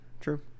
true